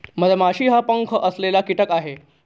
मधमाशी हा पंख असलेला कीटक आहे